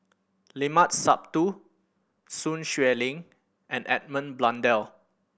Limat Sabtu Sun Xueling and Edmund Blundell